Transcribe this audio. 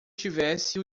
tivesse